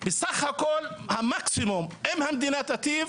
בסך הכול המקסימום אם המדינה תיטיב,